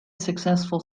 successful